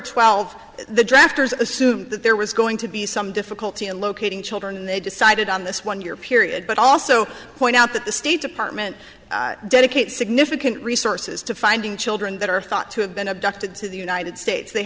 twelve the drafters assumed that there was going to be some difficulty in locating children and they decided on this one year period but also point out that the state department dedicates significant resources to finding children that are thought to have been abducted to the united states they